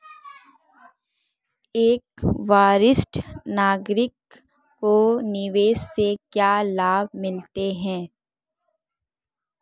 एक वरिष्ठ नागरिक को निवेश से क्या लाभ मिलते हैं?